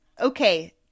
Okay